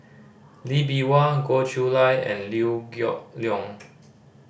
Lee Bee Wah Goh Chiew Lye and Liew Geok Leong